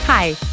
Hi